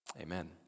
amen